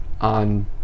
on